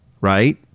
right